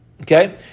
Okay